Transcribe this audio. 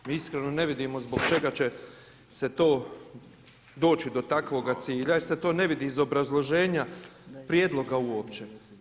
Mi iskreno ne vidimo zbog čega će to doći do takvoga cilja jer se to ne vidi iz obrazloženja prijedloga uopće.